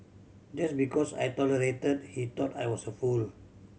just because I tolerated he thought I was a fool